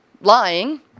lying